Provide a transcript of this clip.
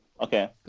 Okay